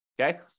Okay